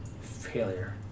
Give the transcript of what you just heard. failure